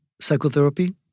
psychotherapy